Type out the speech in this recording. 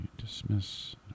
dismiss